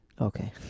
Okay